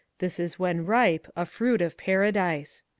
this is when ripe a fruit of paradise.